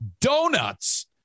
donuts